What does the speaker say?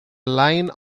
line